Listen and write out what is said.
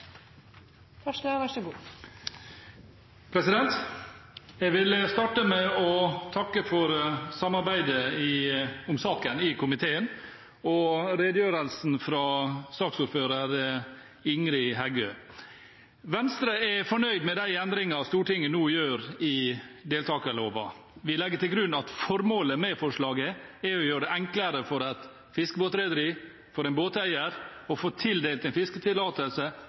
bak dette, så enigheten er betydelig, men noen ønsker åpenbart å spre unødvendig usikkerhet. Jeg vil starte med å takke for samarbeidet om saken i komiteen og redegjørelsen fra saksordfører Ingrid Heggø. Venstre er fornøyd med de endringene Stortinget nå gjør i deltakerloven. Vi legger til grunn at formålet med forslaget er å gjøre det enklere for et fiskebåtrederi, for en båteier, å få tildelt en fisketillatelse